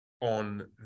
on